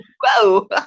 Whoa